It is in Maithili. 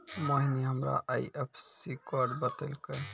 मोहिनी हमरा आई.एफ.एस.सी कोड बतैलकै